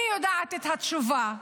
אני יודעת את התשובה,